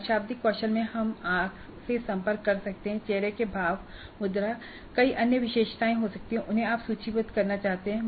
अशाब्दिक कौशल में हम आँख से संपर्क कर सकते हैं चेहरे के भाव मुद्रा कई अन्य विशेषताएँ हो सकती हैं जिन्हें आप सूचीबद्ध करना चाहते हैं